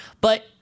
But-